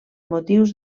motius